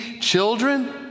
children